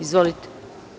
Izvolite.